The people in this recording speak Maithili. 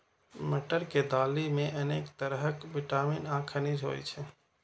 मटर के दालि मे अनेक तरहक विटामिन आ खनिज होइ छै